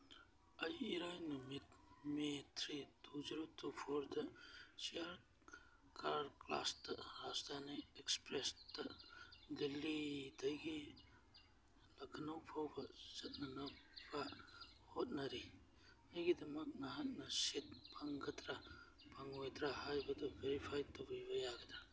ꯑꯩ ꯏꯔꯥꯏ ꯅꯨꯃꯤꯠ May three two zero two ꯐꯣꯔꯗ ꯆꯤꯌꯔ ꯀꯥꯔ ꯀ꯭ꯂꯥꯁꯇ ꯍꯥꯁꯇꯥꯅꯤ ꯑꯦꯛꯁꯄ꯭ꯔꯦꯁꯇ ꯗꯦꯜꯂꯤꯗꯒꯤ ꯂꯈꯅꯧ ꯐꯥꯎꯕ ꯆꯠꯅꯅꯕ ꯍꯣꯠꯅꯔꯤ ꯑꯩꯒꯤꯗꯃꯛ ꯅꯍꯥꯛꯅ ꯁꯤꯠ ꯐꯪꯒꯗ꯭ꯔꯥ ꯐꯪꯉꯣꯏꯗ꯭ꯔꯥ ꯍꯥꯏꯕꯗꯨ ꯚꯦꯔꯤꯐꯥꯏ ꯇꯧꯕꯤꯕ ꯌꯥꯒꯗ꯭ꯔ